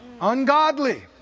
Ungodly